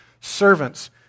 servants